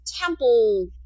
temple